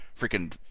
freaking